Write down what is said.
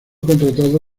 contratado